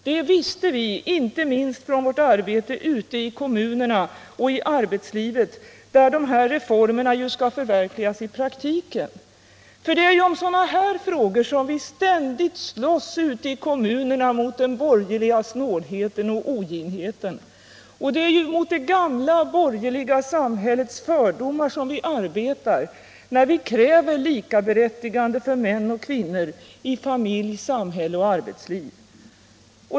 Detta motstånd kände vi till, inte minst från vårt arbete ute i kommunerna och i arbetslivet, där reformerna skall förverkligas i praktiken. För det är ju om sådana frågor vi ute i kommunerna ständigt får slåss emot den borgerliga snålheten och oginheten. Och det är ju mot det gamla borgerliga samhällets fördomar som vi arbetar när vi kräver likaberättigande för män och kvinnor i familj, samhälle och arbetsliv.